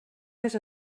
més